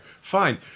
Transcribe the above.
Fine